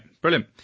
Brilliant